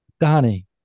Donnie